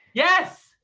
yes.